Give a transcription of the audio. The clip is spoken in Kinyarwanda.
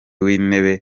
w’intebe